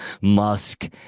Musk